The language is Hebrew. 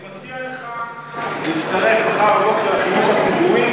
אני מציע לך להצטרף מחר בבוקר לחינוך הציבורי,